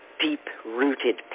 deep-rooted